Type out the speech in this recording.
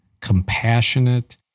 compassionate